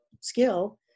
skill